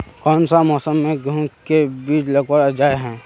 कोन सा मौसम में गेंहू के बीज लगावल जाय है